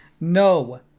No